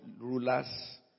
rulers